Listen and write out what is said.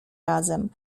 razem